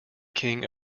king